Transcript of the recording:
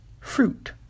Fruit